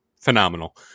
phenomenal